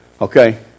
Okay